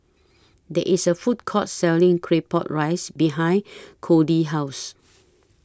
There IS A Food Court Selling Claypot Rice behind Codey's House